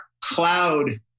cloud